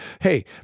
Hey